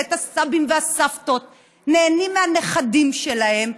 ואת הסבים והסבתות נהנים מהנכדים שלהם,